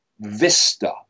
vista